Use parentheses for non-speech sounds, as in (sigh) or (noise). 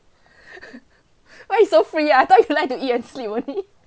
(laughs) why you so free ah I thought you like to eat and sleep only